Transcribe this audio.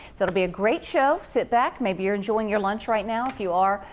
sort of be a great show. sit back. maybe you're enjoying your lunch right now. if you are,